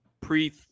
pre